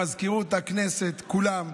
למזכירות הכנסת, כולם,